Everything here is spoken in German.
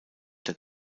der